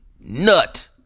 nut